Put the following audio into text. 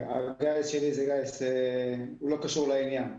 הגיס שלי לא קשור לעניין.